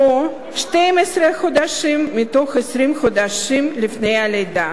או 12 חודשים מתוך 20 החודשים לפני הלידה.